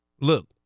Look